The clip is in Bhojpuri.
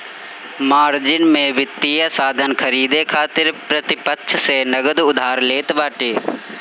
मार्जिन में वित्तीय साधन खरीदे खातिर प्रतिपक्ष से नगद उधार लेत बाटे